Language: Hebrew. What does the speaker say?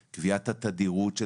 אני לא בטוח מי אחראי לייצור הנהלים